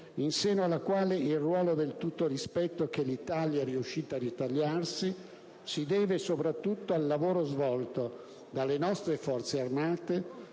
in seno alla quale il ruolo di tutto rispetto che l'Italia è riuscita a ritagliarsi si deve soprattutto al lavoro svolto dalle nostre Forze armate